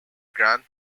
grand